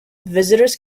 visitors